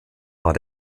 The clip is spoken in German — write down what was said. war